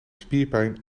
spierpijn